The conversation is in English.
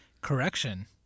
Correction